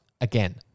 again